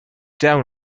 down